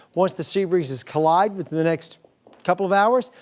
once the sea breezes collide within the next couple of hours,